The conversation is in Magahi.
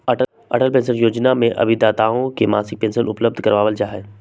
अटल पेंशन योजना में अभिदाताओं के मासिक पेंशन उपलब्ध करावल जाहई